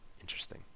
Interesting